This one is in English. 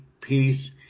peace